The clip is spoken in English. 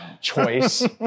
choice